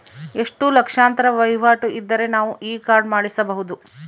ಎಷ್ಟು ಲಕ್ಷಾಂತರ ವಹಿವಾಟು ಇದ್ದರೆ ನಾವು ಈ ಕಾರ್ಡ್ ಮಾಡಿಸಬಹುದು?